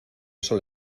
eso